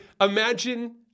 imagine